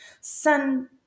Sun